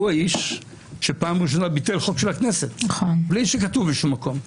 והוא האיש שבפעם הראשונה ביטל חוק של הכנסת בלי שכתוב באיזשהו מקום.